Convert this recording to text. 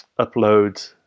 upload